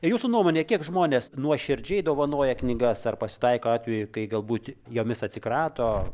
jūsų nuomone kiek žmonės nuoširdžiai dovanoja knygas ar pasitaiko atvejų kai galbūt jomis atsikrato